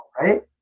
right